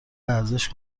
ارزش